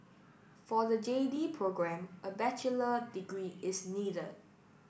for the J D programme a bachelor degree is needed